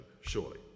surely